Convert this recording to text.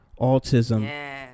autism